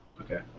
Okay